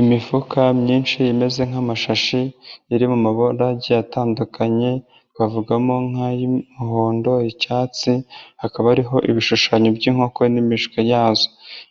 Imifuka myinshi imeze nk'amashashi yari mu mabarage atandukanye twavugamo nk'ay'umuhondo n'icyatsi hakaba ariho ibishushanyo by'inkoko n'imishwi yazo,